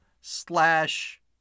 Slash